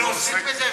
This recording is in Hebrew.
ולא עוסק בזה,